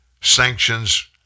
sanctions